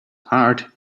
heart